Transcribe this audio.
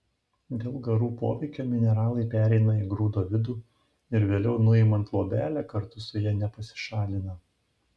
dėl garų poveikio mineralai pereina į grūdo vidų ir vėliau nuimant luobelę kartu su ja nepasišalina